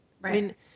Right